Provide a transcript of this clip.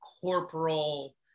corporal